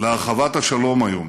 להרחבת השלום היום